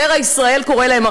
זרע ישראל קורא להם,